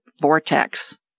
vortex